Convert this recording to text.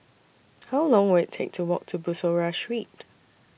How Long Will IT Take to Walk to Bussorah Street